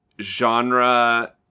genre